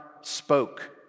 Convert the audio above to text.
spoke